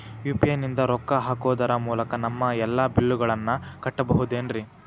UPI ನಿಂದ ರೊಕ್ಕ ಹಾಕೋದರ ಮೂಲಕ ನಮ್ಮ ಎಲ್ಲ ಬಿಲ್ಲುಗಳನ್ನ ಕಟ್ಟಬಹುದೇನ್ರಿ?